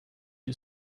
you